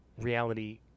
reality